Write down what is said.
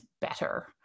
better